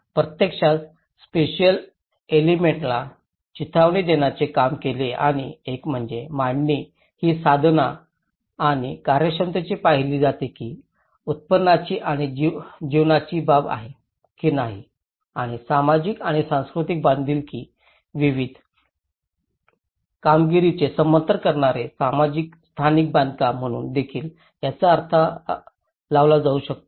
प्रत्यक्षात स्पशेअल एलेमेंट्सना चिथावणी देण्याचे काम केले आणि एक म्हणजे मांडणी ही साधन आणि कार्यक्षमतेने पाहिली जाते की उत्पन्नाची आणि जीवनाची बाब आहे की नाही आणि सामाजिक आणि सांस्कृतिक संबंधित विविध कामगिरीचे समर्थन करणारे सामाजिक स्थानिक बांधकाम म्हणून देखील याचा अर्थ लावला जाऊ शकतो